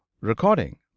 Recording